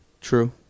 True